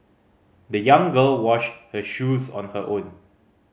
the young girl washed her shoes on her own